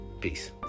Peace